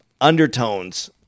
undertones